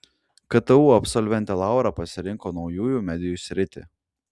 ktu absolventė laura pasirinko naujųjų medijų sritį